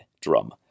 drum